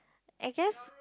I guess